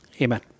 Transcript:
Amen